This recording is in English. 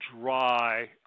dry